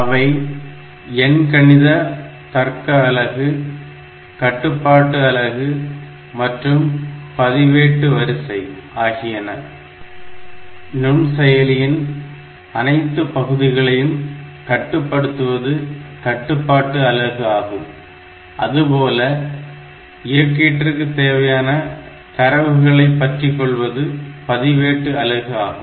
அவை எண்கணித தர்க்க அலகு Arithmetic logic unit நுண்செயலியுடைய மற்ற பகுதிகளில் செயல்பாட்டை கட்டுப்படுத்தும் கட்டுப்பாட்டு அலகு மற்றும் தரவுகளை பற்றிக்கொள்ளும் பதிவேடுகளின் வரிசை ஆகியவற்றை கொண்டுள்ளது